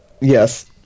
Yes